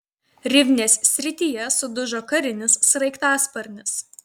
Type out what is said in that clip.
rivnės srityje sudužo karinis sraigtasparnis